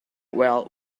well